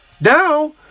Now